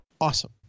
awesome